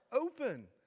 open